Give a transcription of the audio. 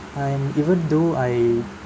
I'm even though I